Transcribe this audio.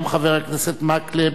גם חבר הכנסת מקלב,